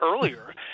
earlier